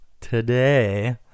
today